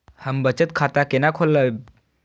हम बचत खाता केना खोलैब?